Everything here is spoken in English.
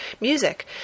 music